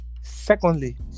Secondly